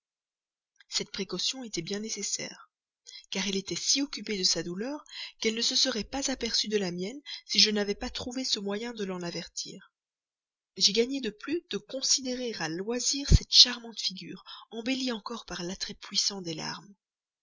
cette précaution était bien nécessaire car elle était si occupée de sa douleur qu'elle ne se serait pas aperçue de la mienne si je n'avais trouvé ce moyen de l'en avertir j'y gagnai de plus de considérer à loisir cette charmante figure embellie encore par l'attrait puissant des larmes